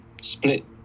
split